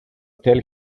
tell